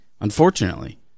unfortunately